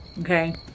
Okay